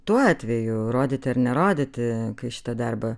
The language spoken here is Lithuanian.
tuo atveju rodyti ar nerodyti kai šitą darbą